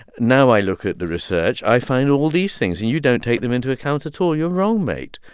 now i look at the research. i find all these things. and you don't take them into account at all. you're wrong, mate.